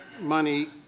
money